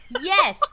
yes